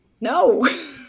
No